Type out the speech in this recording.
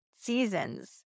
seasons